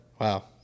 Wow